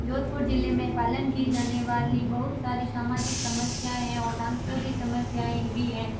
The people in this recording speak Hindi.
जोधपुर ज़िले में पालन किए जाने वाली बहुत सारी सामाजिक समस्याएँ है और सांस्कृतिक समस्याएँ भी है